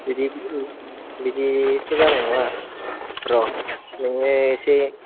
बिदि बिदिथ' जानाय नङा र' नोङो एसे